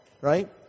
Right